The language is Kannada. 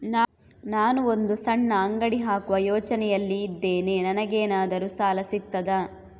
ನಾನು ಒಂದು ಸಣ್ಣ ಅಂಗಡಿ ಹಾಕುವ ಯೋಚನೆಯಲ್ಲಿ ಇದ್ದೇನೆ, ನನಗೇನಾದರೂ ಸಾಲ ಸಿಗ್ತದಾ?